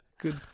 Good